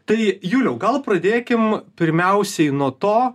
tai juliau gal pradėkim pirmiausiai nuo to